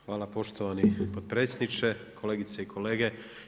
Hvala poštovani potpredsjedniče, kolegice i kolege.